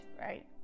right